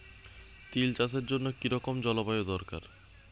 তিল চাষের জন্য কি রকম জলবায়ু দরকার?